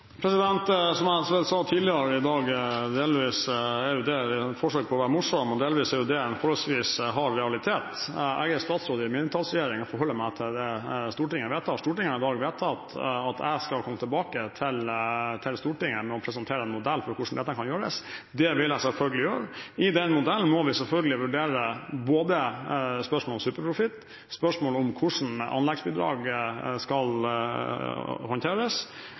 Som jeg sa tidligere i dag, delvis som et forsøk på å være morsom og delvis som uttrykk for en forholdsvis hard realitet: Jeg er statsråd i en mindretallsregjering og forholder meg til det Stortinget vedtar. Stortinget vedtar i dag at jeg skal komme tilbake til Stortinget og presentere en modell for hvordan dette kan gjøres. Det vil jeg selvfølgelig gjøre. I den modellen må vi selvfølgelig vurdere spørsmålet om superprofitt, spørsmålet om hvordan anleggsbidrag skal håndteres,